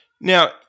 Now